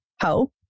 help